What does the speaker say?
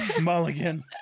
Mulligan